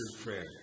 prayer